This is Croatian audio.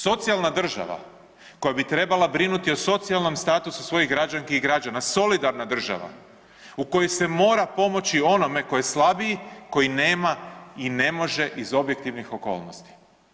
Socijalna država koja bi trebala brinuti o socijalnom statusu svojih građanki i građana, solidarna država u kojoj se mora pomoći onome ko je slabiji, koji nema i ne može iz objektivnih okolnosti.